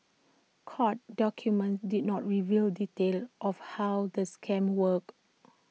court documents did not reveal details of how the scam worked